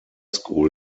school